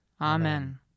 Amen